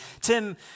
Tim